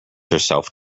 herself